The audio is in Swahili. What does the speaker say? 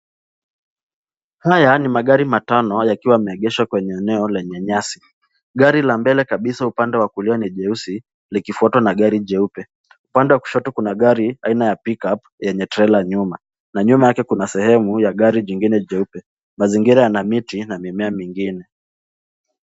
Haya ni magari matano yakiwa yameegeshwa kwenye eneo lenye nyasi. Gari la mbele kabisa upande wa kulia ni jeusi likifuatwa na gari jeupe. Upande wa kushoto, kuna gari aina ya pickup lenye trela nyuma na nyuma yake kuna sehemu ya gari jingine jeupe . Mazingira yana miti na mimea mingine.